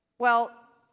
well,